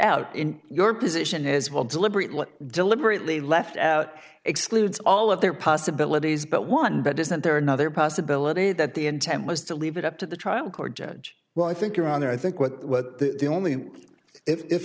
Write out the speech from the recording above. out in your position is will deliberately deliberately left out excludes all of their possibilities but one but isn't there another possibility that the intent was to leave it up to the trial court judge well i think your honor i think what the what the only if